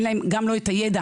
אין להם גם לא את הידע,